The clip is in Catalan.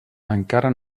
encara